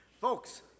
Folks